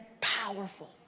powerful